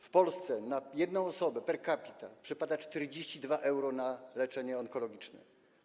W Polsce na jedną osobę per capita przypada 42 euro na leczenie onkologiczne.